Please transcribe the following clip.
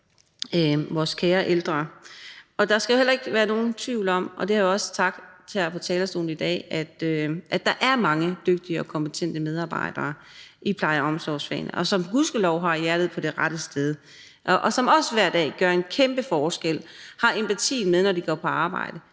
vores kære ældre. Der skal heller ikke være nogen tvivl om, og det har jeg også sagt her fra talerstolen i dag, at der er mange dygtige og kompetente medarbejdere i pleje- og omsorgsfagene, og som gudskelov har hjertet på rette sted, og som også hver dag gør en kæmpe forskel og har empatien med, når de går på arbejde,